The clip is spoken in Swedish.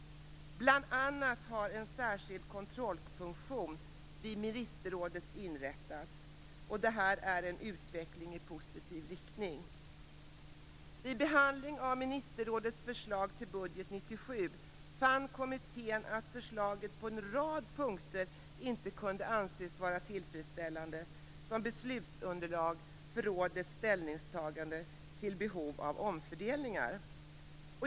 Bl.a. har en särskild kontrollfunktion vid ministerrådets sekretariat inrättats. Detta är en positiv utveckling. Vid behandlingen av ministerrådets förslag till budget för 1997 fann kommittén att förslaget på en rad punkter inte kunde anses vara tillfredsställande som beslutsunderlag för rådets ställningstagande till behovet av omfördelningar.